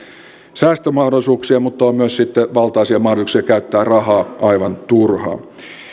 säästömahdollisuuksia mutta on myös sitten valtaisia mahdollisuuksia käyttää rahaa aivan turhaan